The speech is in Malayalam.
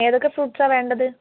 ഏതൊക്കെ ഫ്രൂട്ട്സാണ് വേണ്ടത്